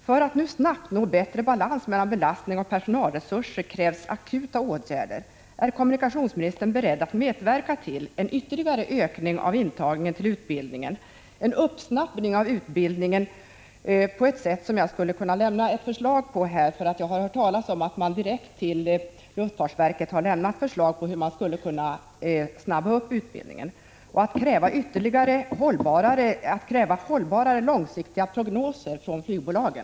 För att nu snabbt nå bättre balans mellan belastning och personalresurser krävs akuta åtgärder. Är kommunikationsministern beredd att medverka till en ytterligare ökning av intagningen till utbildningen och en uppsnabbning av utbildningen på ett sätt som jag skulle kunna lämna ett förslag till här? Jag har hört talas om att man direkt till luftfartsverket har lämnat förslag på hur man skulle kunna snabba upp utbildningen. Är kommunikationsministern beredd att kräva hållbarare långsiktiga prognoser från flygbolagen?